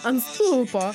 ant stulpo